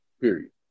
Period